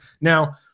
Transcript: Now